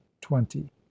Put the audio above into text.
twenty